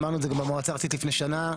אמרנו את זה גם במועצה הארצית לפני שנה,